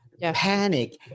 panic